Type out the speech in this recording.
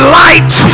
light